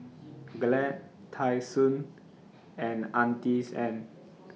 Glad Tai Sun and Auntie Anne's